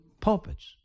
pulpits